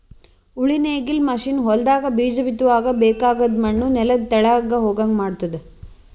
ಉಳಿ ನೇಗಿಲ್ ಮಷೀನ್ ಹೊಲದಾಗ ಬೀಜ ಬಿತ್ತುವಾಗ ಬೇಕಾಗದ್ ಮಣ್ಣು ನೆಲದ ತೆಳಗ್ ಹೋಗಂಗ್ ಮಾಡ್ತುದ